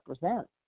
represent